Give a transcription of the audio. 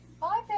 Bye